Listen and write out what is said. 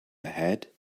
ahead